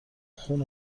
خون